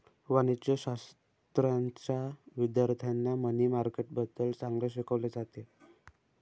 वाणिज्यशाश्राच्या विद्यार्थ्यांना मनी मार्केटबद्दल चांगले शिकवले जाते